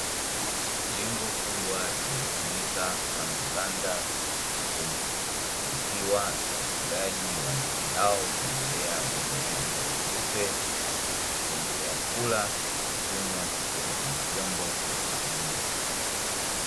Jengo kubwa linalotumika kama banda la kuku, likiwa na ufugaji wa ndege hao ukiendelea wenye rangi nyeupe. Wakiendelea kula na kunywa kutoka kwenye vyombo maalumu.